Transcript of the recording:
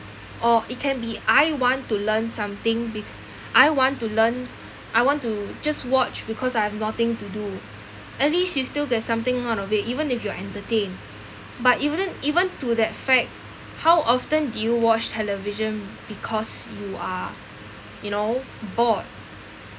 or it can be I want to learn something be~ I want to learn I want to just watch because I have nothing to do at least you still get something out of it even if you are entertained but even even to that fact how often do you watch television because you are you know bored